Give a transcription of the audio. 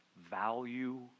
value